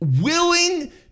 willing